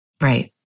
Right